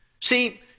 See